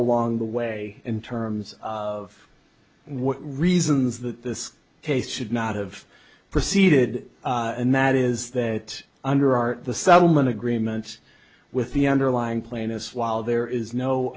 along the way in terms of what reasons that this case should not have proceeded and that is that under our the settlement agreements with the underlying plaintiffs while there is no